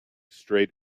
straight